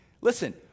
Listen